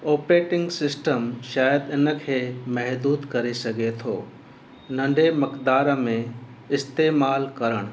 operating system शाइदि इनखे महेदूद करे सघे थो नंढे मकदारु में इस्तेमालु करण